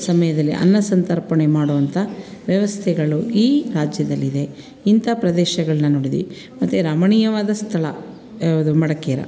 ಸಮಯದಲ್ಲಿ ಅನ್ನ ಸಂತರ್ಪಣೆ ಮಾಡುವಂಥ ವ್ಯವಸ್ಥೆಗಳು ಈ ರಾಜ್ಯದಲ್ಲಿದೆ ಇಂಥ ಪ್ರದೇಶಗಳನ್ನ ನೋಡಿದ್ದೀವಿ ಮತ್ತು ರಮಣೀಯವಾದ ಸ್ಥಳ ಯಾವುದು ಮಡ್ಕೇರ